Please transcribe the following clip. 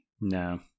no